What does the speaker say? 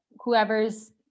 whoever's